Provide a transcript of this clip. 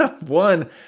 one